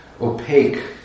opaque